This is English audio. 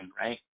right